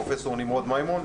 פרופ' נמרוד מימון,